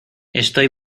estoy